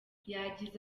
yagize